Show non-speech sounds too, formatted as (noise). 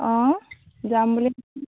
অ' যাম বুলি (unintelligible)